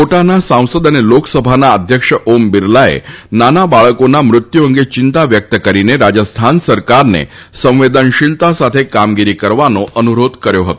કોટાના સાંસદ અને લોકસભાના અધ્યક્ષ ઓમ બિરલાએ નાના બાળકોના મૃત્યુ અંગે ચિંતા વ્યક્ત કરીને રાજસ્થાન સરકારને સંવેદનશીલતા સાથે કામગીરી કરવાનો અનુરોધ કર્યો હતો